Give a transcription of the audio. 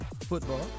football